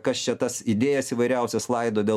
kas čia tas idėjas įvairiausias laido dėl